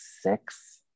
six